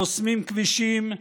חוסמים כבישים,